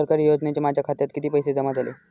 सरकारी योजनेचे माझ्या खात्यात किती पैसे जमा झाले?